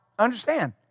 Understand